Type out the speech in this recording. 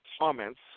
comments